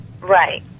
Right